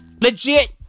Legit